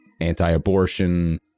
anti-abortion